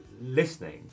listening